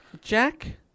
Jack